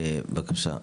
בבקשה.